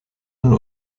und